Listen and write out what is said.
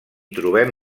trobem